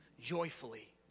joyfully